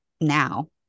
now